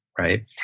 right